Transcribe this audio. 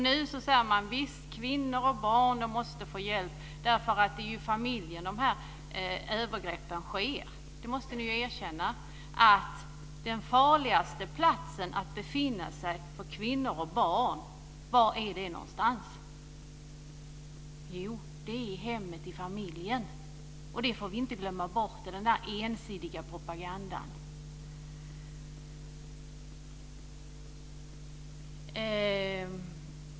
Nu säger man att kvinnor och barn måste få hjälp, men det är ju i familjen dessa övergrepp sker. Det måste ni erkänna. Vilken är den farligaste platsen för kvinnor och barn att befinna sig? Jo, det är i hemmet - i familjen. Det får vi inte glömma bort i den ensidiga propagandan.